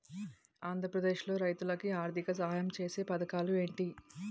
ఆంధ్రప్రదేశ్ లో రైతులు కి ఆర్థిక సాయం ఛేసే పథకాలు ఏంటి?